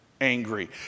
angry